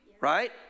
Right